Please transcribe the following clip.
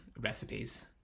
recipes